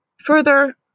Further